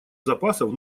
запасов